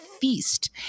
feast